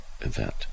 event